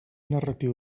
narratiu